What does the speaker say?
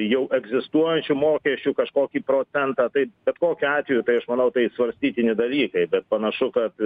jau egzistuojančių mokesčių kažkokį procentą tai bet kokiu atveju tai aš manau tai svarstytini dalykai bet panašu kad